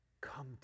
come